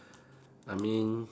I mean